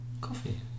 Coffee